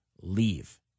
leave